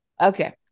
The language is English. Okay